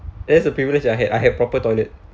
that's a privilege I had I had proper toilet